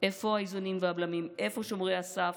איפה האיזונים והבלמים, איפה שומרי הסף,